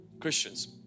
Christians